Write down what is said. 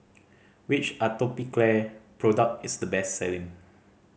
which Atopiclair product is the best selling